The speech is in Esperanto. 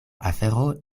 afero